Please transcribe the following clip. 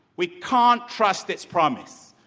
we can't trust its promise.